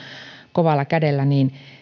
kovalla kädellä niin